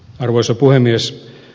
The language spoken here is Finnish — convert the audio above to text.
arvoisa puhemies